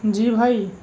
جی بھائی